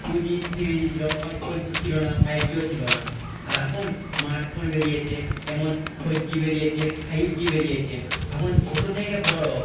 two G three G ছিল তখন four G ছিল না ফাইভ জিও ছিল না আর এখন স্মার্ট ফোন বেরিয়েছে যেমন ফোর জি বেরিয়েছে ফাইভ জি বেরিয়েছে এখন ছোটো থেকে বড়